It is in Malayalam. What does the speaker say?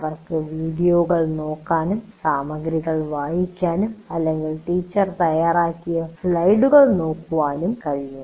അവർക്ക് വീഡിയോകൾ നോക്കാൻ കഴിയും സാമഗ്രികൾ വായിക്കാനും അല്ലെങ്കിൽ ടീച്ചർ തയ്യാറാക്കിയ സ്ലൈഡുകൾ നോക്കാനും കഴിയും